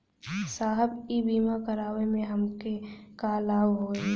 साहब इ बीमा करावे से हमके का लाभ होई?